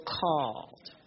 called